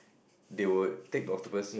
they would take the octopus